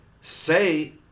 say